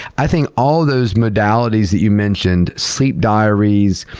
i think all of those modalities that you mentioned, sleep diaries,